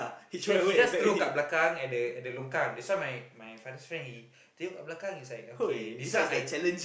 ya he just throw kat belakang at the at the longkang that's why my my father's friend he tengok kat belakang is like okay this one I